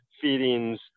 feedings